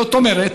זאת אומרת,